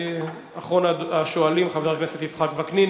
ואחרון השואלים, חבר הכנסת יצחק וקנין.